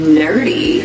nerdy